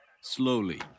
Slowly